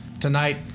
tonight